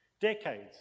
decades